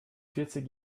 vierzig